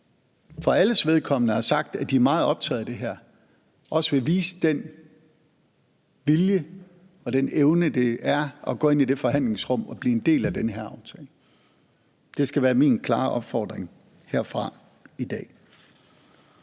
for alles vedkommende har sagt, at de er meget optagede af det her, også vil vise den vilje og den evne, det er at gå ind i det forhandlingsrum og blive en del af den her aftale. Det skal være min klare opfordring herfra i dag.